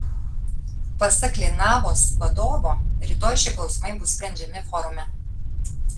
pasak linavos vadovo rytoj šie klausimai bus sprendžiami forume